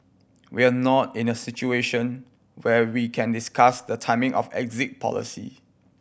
we're not in a situation where we can discuss the timing of exit policy